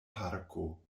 parko